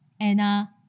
Anna